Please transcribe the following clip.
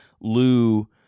lou